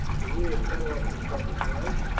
for we are cut off from public life,